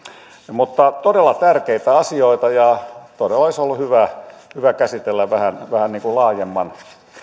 mutta todella tärkeitä asioita ja todella olisi ollut hyvä käsitellä vähän niin kuin laajemman